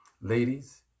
Ladies